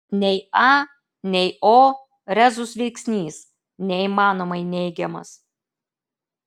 nei a nei o rezus veiksnys neįmanomai neigiamas